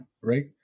right